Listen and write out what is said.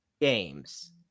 games